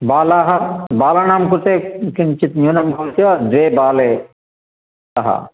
बालाः बालाणां कृते किञ्चित् न्यूनं भवति वा द्वे बाले स्तः